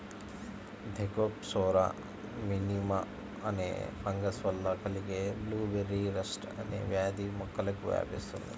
Thekopsora మినిమా అనే fungus వల్ల కలిగే బ్లూబెర్రీ రస్ట్ అనే వ్యాధి మొక్కలకు వ్యాపిస్తుంది